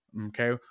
Okay